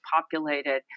populated